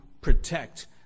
protect